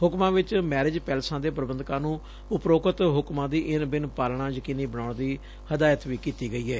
ਹੁਕਮਾਂ ਵਿਚ ਮੈਰਿਜ ਪੈਲੇਸਾਂ ਦੇ ਪ੍ਰਬੰਧਕਾਂ ਨੂੰ ਉਪਰੋਕਤ ਹੁਕਮਾਂ ਦੀ ਇੰਨ ਬਿੰਨ ਪਾਲਣਾ ਯਕੀਨੀ ਬਣਾਉਣ ਦੀ ਹਦਾਇਤ ਵੀ ਕੀਤੀ ਗਈ ਏ